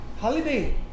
holiday